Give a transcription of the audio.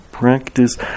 practice